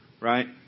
Right